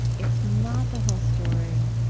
it's not the whole story.